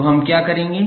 तो हम क्या करेंगे